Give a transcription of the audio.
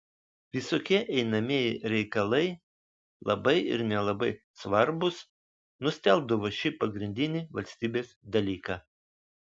visokie einamieji reikalai labai ir nelabai svarbūs nustelbdavo šį pagrindinį valstybės dalyką